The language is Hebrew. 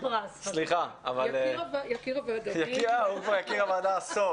יקיר הוועדה.